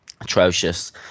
atrocious